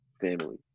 family